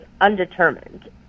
undetermined